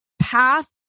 path